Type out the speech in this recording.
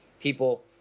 people